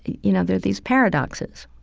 you know, there are these paradoxes,